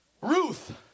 Ruth